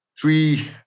three